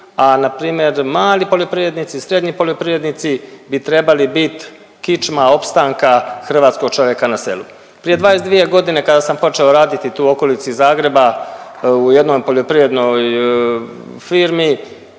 a npr. mali poljoprivrednici, srednji poljoprivrednici bi trebali bit kičma opstanka hrvatskog čovjeka na selu. Prije 22 godine kada sam počeo raditi tu u okolici Zagreba u jednoj poljoprivrednoj firmi